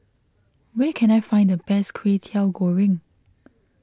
where can I find the best Kway Teow Goreng